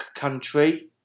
country